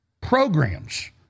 programs